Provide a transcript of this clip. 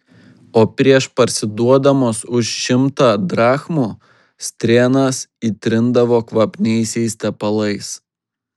o prieš parsiduodamos už šimtą drachmų strėnas įtrindavo kvapniaisiais tepalais